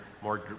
more